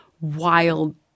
wild